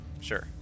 sure